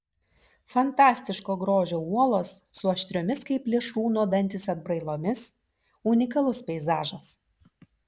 fantastiško grožio uolos su aštriomis kaip plėšrūno dantys atbrailomis unikalus peizažas